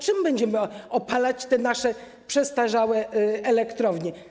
Czym będziemy opalać te nasze przestarzałe elektrownie?